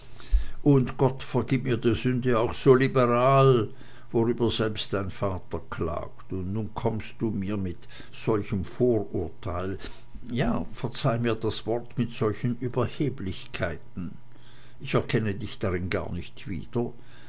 und gott verzeih mir die sünde auch so liberal worüber selbst dein vater klagt und nun kommst du mir mit solchem vorurteil ja verzeih mir das wort mit solchen überheblichkeiten ich erkenne dich darin gar nicht wieder